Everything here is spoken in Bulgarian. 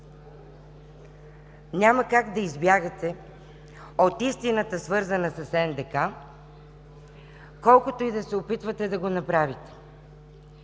Няма как да избягате от истината, свързана с НДК, колкото и да се опитвате да го направите.